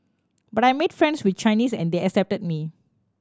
but I made friends with Chinese and they accepted me